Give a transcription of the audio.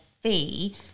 fee